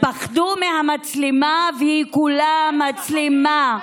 פחדו מהמצלמה והיא כולה מצלמה.